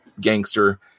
gangster